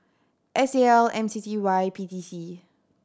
S A L M C C Y P T C